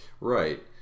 right